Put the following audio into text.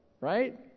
Right